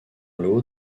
lot